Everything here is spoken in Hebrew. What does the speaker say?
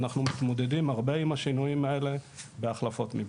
אנחנו מתמודדים הרבה עם השינויים האלה בהחלפות ממשל.